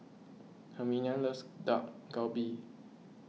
Herminia loves Dak Galbi